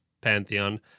pantheon